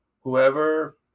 Whoever